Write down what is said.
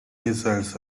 missiles